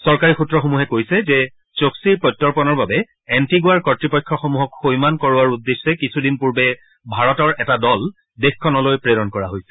চৰকাৰী সূত্ৰসমূহে কৈছে যে চক্ছি ৰ প্ৰত্যৰ্পনৰ বাবে এণ্টিগুৱাৰ কৰ্তৃপক্ষসমূহক সৈমান কৰোৱাৰ উদ্দেশ্যে কিছুদিন পূৰ্বে ভাৰতৰ এটা দল দেশখনলৈ প্ৰেৰণ কৰা হৈছিল